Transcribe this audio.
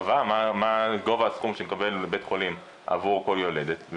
קבע מה גובה הסכום שמקבל בית חולים עבור כל יולדת.